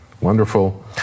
wonderful